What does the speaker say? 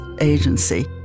agency